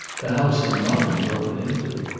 the house had not been broken into.